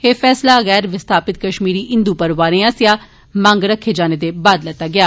एह फैसला गैर विस्थापित कश्मीरी हिन्दू परिवारे आस्सेआ मंग रक्खे जाने दे बाद लैता गेआ